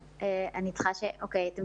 שלום,